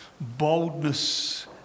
boldness